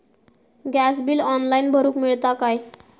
Gas bill online भरुक मिळता काय?